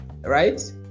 right